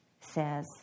says